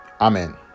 Amen